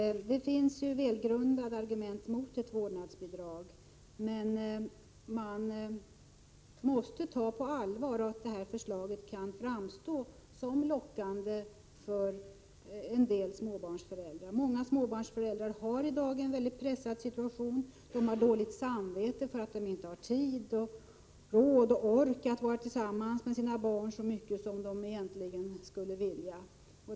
Det finns välgrundade argument mot ett vårdnadsbidrag, men man måste ta på allvar att det förslaget kan framstå som lockande för en del småbarnsföräldrar. Många småbarnsföräldrar har i dag en pressad situation. De har dåligt samvete för att de inte har tid, råd och ork att vara tillsammans med sina barn så mycket som de egentligen skulle vilja.